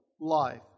life